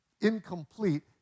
incomplete